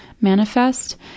manifest